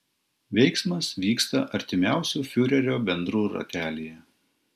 veiksmas vyksta artimiausių fiurerio bendrų ratelyje